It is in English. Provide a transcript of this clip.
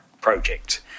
project